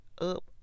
up